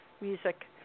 music